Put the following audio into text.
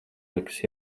nekas